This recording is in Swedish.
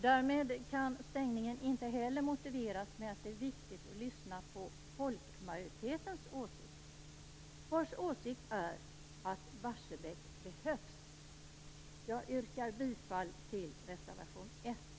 Därmed kan stängningen heller inte motiveras med att det är viktigt att lyssna på folkmajoritetens åsikt, som är att Barsebäck behövs. Jag yrkar bifall till reservation 1.